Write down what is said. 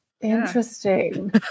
Interesting